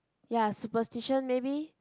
ya superstition maybe